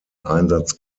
einsatz